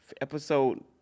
Episode